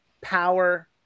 power